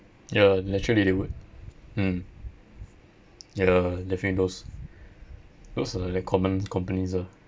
ya naturally they would mm ya definitely those those are like common companies ah